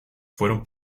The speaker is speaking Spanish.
fueron